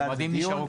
היה דיון,